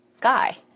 guy